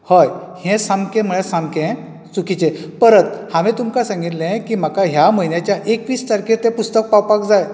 हय हे सामके म्हळ्यार सामके चुकीचे परत हांवें तुमका सांगिल्ले की म्हाका ह्या म्हयन्याच्या एकवीस तारखेक तें पुस्तक पावपाक जाय